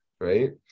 right